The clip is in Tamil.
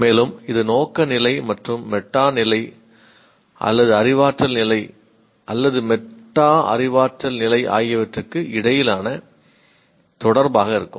மேலும் இது நோக்க நிலை மற்றும் மெட்டா நிலை அல்லது அறிவாற்றல் நிலை அல்லது மெட்டா அறிவாற்றல் நிலை ஆகியவற்றுக்கு இடையிலான தொடர்பாக இருக்கும்